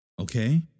Okay